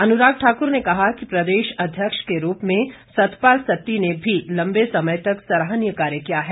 अनुराग ठाकुर ने कहा कि प्रदेश अध्यक्ष के रूप में सतपाल सत्ती ने भी लम्बे समय तक सराहनीय कार्य किया है